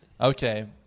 Okay